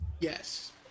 Yes